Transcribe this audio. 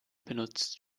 benutzt